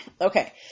Okay